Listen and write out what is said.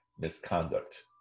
Misconduct